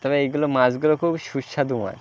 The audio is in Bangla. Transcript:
তবে এইগুলো মাছগুলো খুব সুস্বাদু মাছ